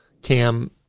cam